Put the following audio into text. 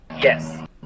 Yes